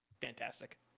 Fantastic